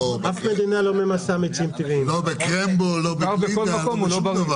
לא בקרמבו, לא בגלידה, לא בשום דבר.